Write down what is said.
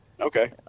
Okay